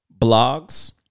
blogs